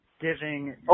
Giving